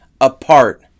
apart